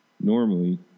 Normally